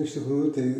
iš tikrųjų tai